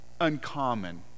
uncommon